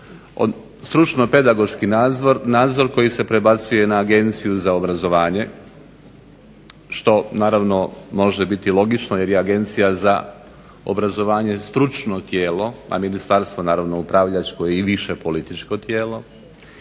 stručno-pedagoški nadzor koji se prebacuje na Agenciju za obrazovanje što naravno može biti logično jer je Agencija za obrazovanje stručno tijelo, a ministarstvo upravljačko i više političko tijelo